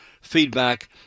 feedback